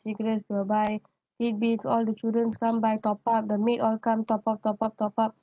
cigarette they will buy tidbits all the children come buy top up the maid all come top up top up top up